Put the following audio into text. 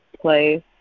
place